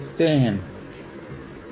यह zL है और यह yL बन जाएगा